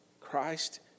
Christ